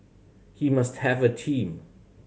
he must have a team